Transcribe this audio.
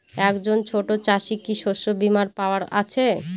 একজন ছোট চাষি কি শস্যবিমার পাওয়ার আছে?